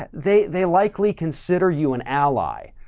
but they, they likely consider you an ally.